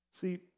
See